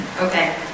Okay